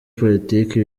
politiki